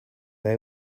they